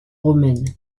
romaine